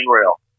rail